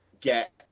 get